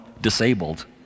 disabled